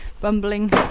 Bumbling